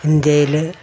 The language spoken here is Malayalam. ഇന്ത്യയിലെ